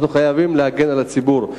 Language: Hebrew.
אנחנו חייבים להגן על הציבור.